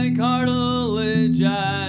cartilage